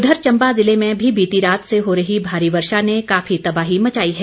उधर चंबा ज़िले में भी बीती रात से हो रही भारी वर्षा ने काफी तबाही मचाई है